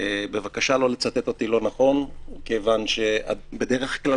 בבקשה לא לצטט אותי לא נכון כי בדרך כלל